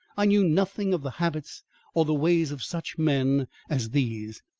i knew nothing of the habits or the ways of such men as these,